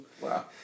Wow